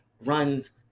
runs